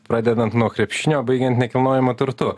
pradedant nuo krepšinio baigiant nekilnojamu turtu